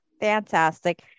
fantastic